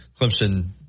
Clemson